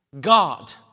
God